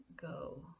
go